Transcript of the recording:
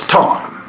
time